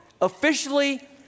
officially